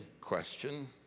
question